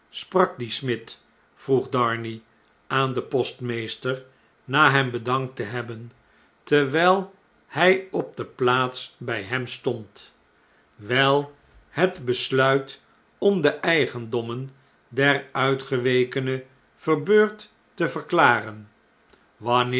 die smid vroeg darnay aan den postmeester na hem bedankt te hebben terwjjl hjj op de plaats bfl hem stond wel het besluit om de eigendommen der uitgewekene verbeurd te verklaren